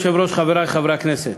אדוני היושב-ראש, חברי חברי הכנסת,